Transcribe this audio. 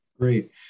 Great